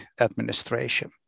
Administration